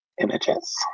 images